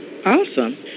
Awesome